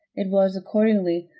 it was, accordingly,